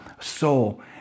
soul